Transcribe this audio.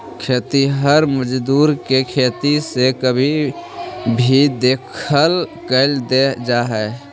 खेतिहर मजदूर के खेती से कभी भी बेदखल कैल दे जा हई